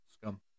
scum